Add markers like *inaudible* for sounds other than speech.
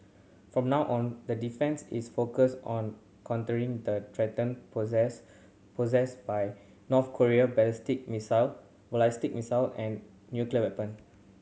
for now on that defence is focused on countering the threat posed posed by North Korean ballistic missile *unintelligible* missile and nuclear weapon